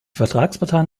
vertragsparteien